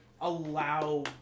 allow